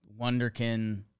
Wonderkin